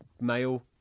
Mail